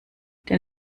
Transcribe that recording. den